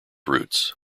roots